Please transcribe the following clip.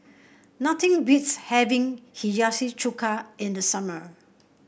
nothing beats having Hiyashi Chuka in the summer